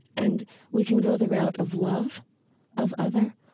and we can go the route of love of other,